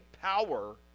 power